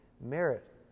merit